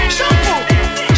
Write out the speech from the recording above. Shampoo